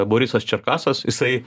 borisas čerkasas jisai